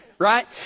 right